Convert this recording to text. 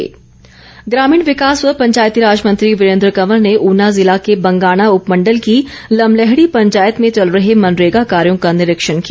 वीरेन्द्र कंवर ग्रामीण विकास व पंचायतीराज मंत्री वीरेन्द्र कंवर ने ऊना जिला के बंगाणा उपमंडल की लमलैहड़ी पंचायत में चल रहे मनरेगा कार्यों का निरीक्षण किया